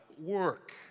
work